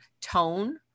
tone